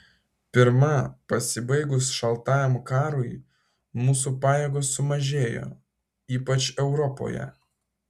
pirma pasibaigus šaltajam karui mūsų pajėgos sumažėjo ypač europoje